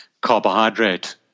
carbohydrate